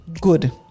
good